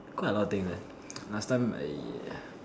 quite a lot of things eh last time I